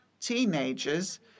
teenagers –